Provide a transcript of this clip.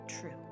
true